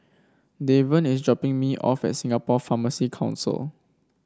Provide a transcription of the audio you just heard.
Deven is dropping me off at Singapore Pharmacy Council